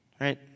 Right